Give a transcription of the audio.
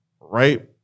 right